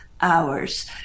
hours